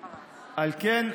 כן,